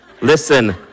Listen